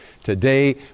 Today